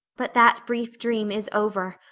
but that brief dream is over.